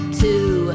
two